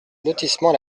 lotissement